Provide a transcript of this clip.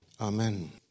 Amen